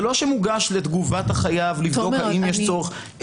זה לא שמוגש לתגובת החייב לבדוק האם יש צורך.